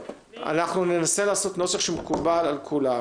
אנחנו ננסה לעשות נוסח שמקובל על כולם.